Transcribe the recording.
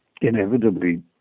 inevitably